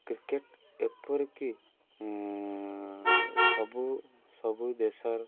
cricket ଏପରିକି ସବୁ ସବୁ ଦେଶର